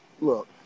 Look